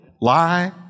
lie